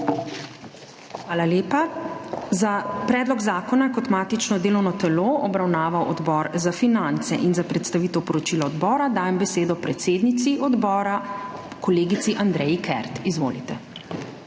Hvala lepa. Predlog zakona je kot matično delovno telo obravnaval Odbor za finance. Za predstavitev poročila odbora dajem besedo predsednici odbora kolegici Andreji Kert. Izvolite.